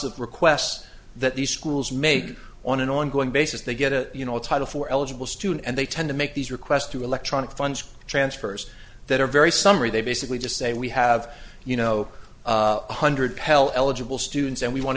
of requests that these schools make on an ongoing basis they get a you know title for eligible student and they tend to make these requests to electronic funds transfer that are very summery they basically just say we have you know one hundred pell eligible students and we want